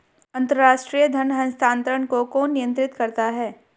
अंतर्राष्ट्रीय धन हस्तांतरण को कौन नियंत्रित करता है?